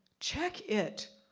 check it,